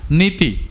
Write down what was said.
niti